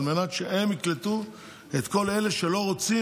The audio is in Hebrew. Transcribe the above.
על מנת שהם יקלטו את כל אלה שלא רוצים,